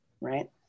right